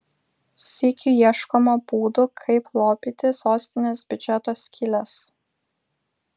sykiu ieškoma būdų kaip lopyti sostinės biudžeto skyles